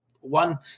one